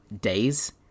days